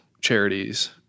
charities